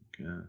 Okay